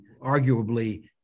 arguably